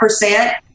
percent